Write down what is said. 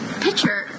picture